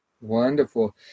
Wonderful